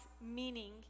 meaning